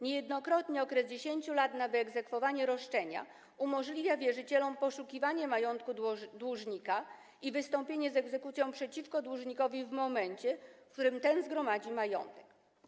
Niejednokrotnie okres 10 lat na wyegzekwowanie roszczenia umożliwia wierzycielom poszukiwanie majątku dłużnika i wystąpienie z egzekucją przeciwko dłużnikowi w momencie, w którym ten zgromadzi majątek.